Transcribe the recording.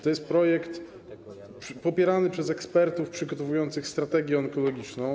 To jest projekt popierany przez ekspertów przygotowujących strategię onkologiczną.